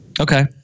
okay